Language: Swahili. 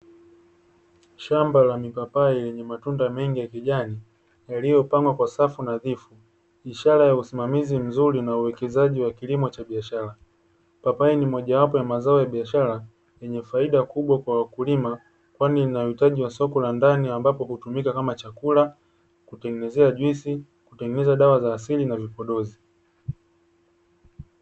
Shamba la mipapai lenye matunda mengi ya kijani lililopandwa kwa safi nadhifu, ishara ya usimamizi mzuri na uwekezaji wa kilimo cha biashara. Papai ni zao mojawapo ya zao la biashara lenye faida kubwa Kwa wateja kwanilinauhitaji wasoko la ndani ambapo hutumika kama chakula, kutengenezea juisi, dawa za asili na vipodozi.